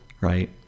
right